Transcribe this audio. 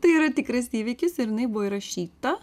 tai yra tikras įvykis ir jinai buvo įrašyta